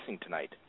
tonight